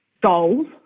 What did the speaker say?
goals